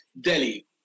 Delhi